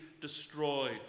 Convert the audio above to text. destroyed